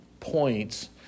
points